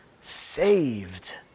saved